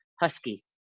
husky